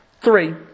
Three